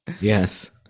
Yes